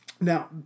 Now